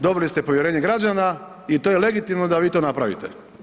Dobili ste povjerenje građana i to je legitimno da vi to napravite.